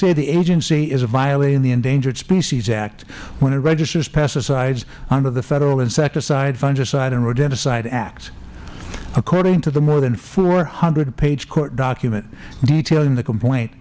say the agency is violating the endangered species act when it registers pesticides under the federal insecticide fungicide and rodenticide act according to the more than four hundred page court document detailing the complaint